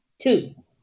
Two